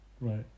Right